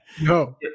No